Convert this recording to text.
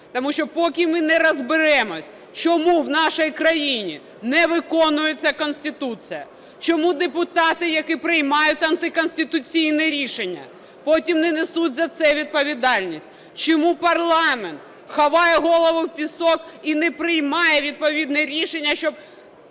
Тому що поки ми не розберемось, чому в нашій країні не виконується Конституція, чому депутати, які приймають антиконституційні рішення, потім не несуть за це відповідальність; чому парламент ховає голову в пісок і не приймає відповідне рішення, щоб